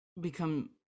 become